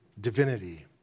divinity